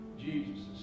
Jesus